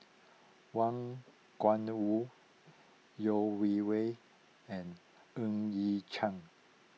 Wang Gungwu Yeo Wei Wei and Ng Yat Chuan